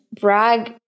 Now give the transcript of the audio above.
brag